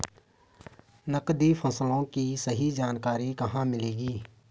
नकदी फसलों की सही जानकारी कहाँ मिलेगी?